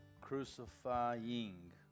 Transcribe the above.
crucifying